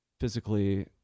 physically